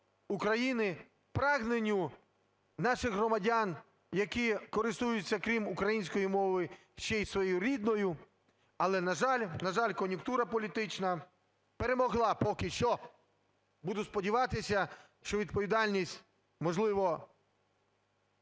України, прагненню наших громадян, які користуються крім української мови ще й своєю рідною, але, на жаль, кон'юнктура політична перемогла поки що. Буду сподіватися, що відповідальність, можливо,